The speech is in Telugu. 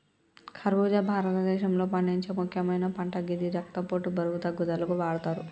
ఖర్బుజా భారతదేశంలో పండించే ముక్యమైన పంట గిది రక్తపోటు, బరువు తగ్గుదలకు వాడతరు